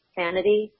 sanity